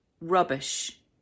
rubbish